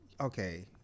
Okay